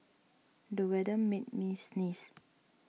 the weather made me sneeze